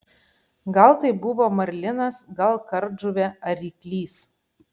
gal tai buvo marlinas gal kardžuvė ar ryklys